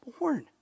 born